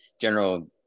general